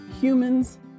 humans